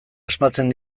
asmatzen